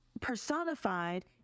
personified